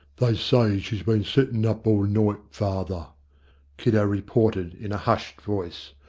they say she's been settin' up all night, father kiddo reported, in a hushed voice.